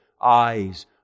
eyes